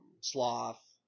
sloth